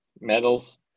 medals